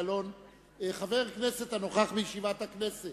"חבר הכנסת הנוכח בישיבת הכנסת